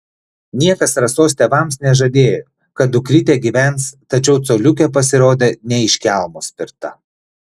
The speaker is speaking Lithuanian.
niekas rasos tėvams nežadėjo kad dukrytė gyvens tačiau coliukė pasirodė ne iš kelmo spirta